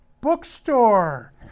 bookstore